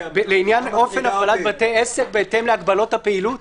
לעניין אופן הפעלת בתי עסק בהתאם להגבלות הפעילות?